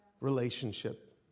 relationship